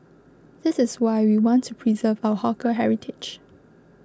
this is why we want to preserve our hawker heritage